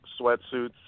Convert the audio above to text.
sweatsuits